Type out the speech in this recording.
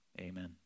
amen